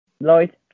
Lloyd